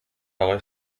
آقای